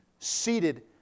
seated